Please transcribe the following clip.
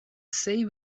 say